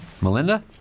Melinda